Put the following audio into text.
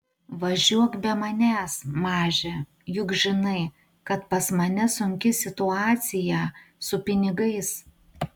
važiuok be manęs maže juk žinai kad pas mane sunki situaciją su pinigais